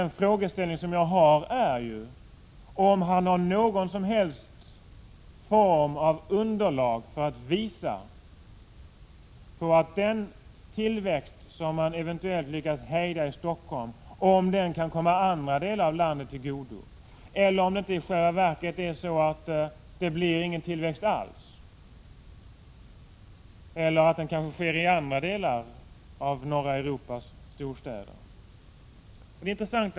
Den frågeställning jag har tagit upp är ju om industriministern har något underlag som visar, om den tillväxt som man eventuellt lyckas hejda i Stockholm kan komma andra delar av landet till godo — är det inte i själva verket så att det inte blir någon tillväxt alls eller att den i stället sker i andra av norra Europas storstäder?